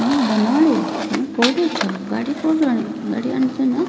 ହଁ ବନମାଳୀ ତୁମେ କେଉଁଠି ଅଛ ଗାଡ଼ି କେଉଁଠୁ ଆଣି ଗାଡ଼ି ଆଣିଛନା